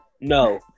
No